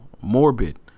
morbid